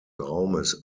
raumes